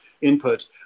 input